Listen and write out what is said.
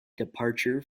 departure